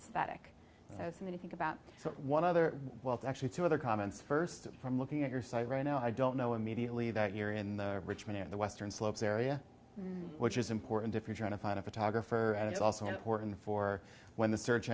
static so somebody think about one other well it's actually two other comments first from looking at your site right now i don't know immediately that you're in the richmond in the western slopes area which is important if you're trying to find a photographer and it's also important for when the search